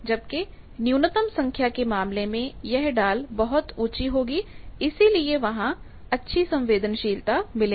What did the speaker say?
जबकि न्यूनतम संख्या के मामले में यह डाल बहुत ऊंची होगी इसीलिए वहां अच्छी संवेदनशीलता मिलेगी